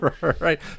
Right